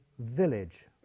village